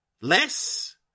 Less